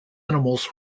animals